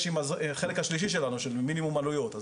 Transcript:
עם חלק השלישי שלנו של מינימום עלויות.